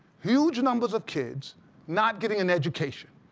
huge numbers of kids not getting an education,